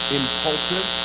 impulsive